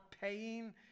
paying